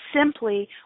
simply